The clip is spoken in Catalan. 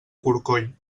corcoll